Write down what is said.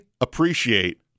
appreciate